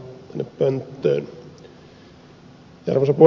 arvoisa puhemies